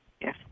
Yes